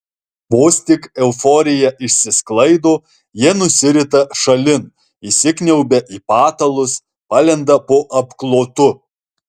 vos tik euforija išsisklaido jie nusirita šalin įsikniaubia į patalus palenda po apklotu